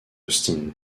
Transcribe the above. austin